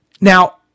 Now